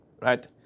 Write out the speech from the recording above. right